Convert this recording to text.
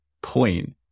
point